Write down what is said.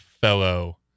fellow